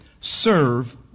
Serve